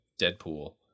Deadpool